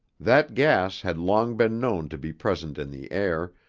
that gas had long been known to be present in the air,